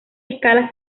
escalas